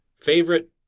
Favorite